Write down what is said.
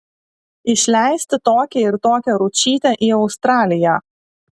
išleisti tokią ir tokią ručytę į australiją